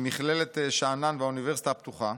ממכללת שאנן והאוניברסיטה הפתוחה.